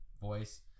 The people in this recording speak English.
voice